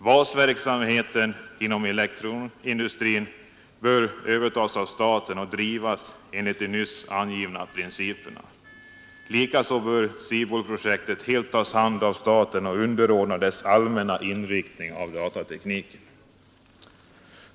Basverksamheten inom elektronikindustrin bör övertas av staten och drivas enligt de nyss angivna principerna. Likaså bör SIBOL-projektet helt tas om hand av staten och underordnas dess allmänna inriktning av datatekniken.